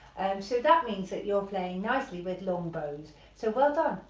so that means that you're playing nicely with long bows so well done.